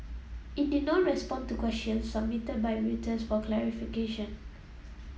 it did not respond to questions submitted by Reuters for clarification